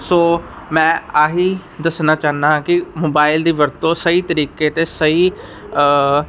ਸੋ ਮੈਂ ਆਹੀ ਦੱਸਣਾ ਚਾਹੁੰਦਾ ਕਿ ਮੋਬਾਇਲ ਦੀ ਵਰਤੋਂ ਸਹੀ ਤਰੀਕੇ ਤੇ ਸਹੀ